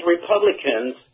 Republicans